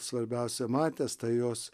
svarbiausia matęs tai jos